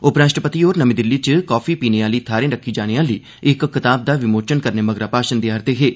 उपराष्ट्रपति होर नर्मी दिल्ली च काफी पीने आहली थाहें रक्खी जाने आहली इक कताब दा विमोचन करने मगरा भाषण देआ'रदे हे